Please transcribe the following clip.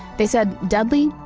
they said, dudley,